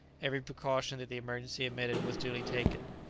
every precaution that the emergency admitted was duly taken.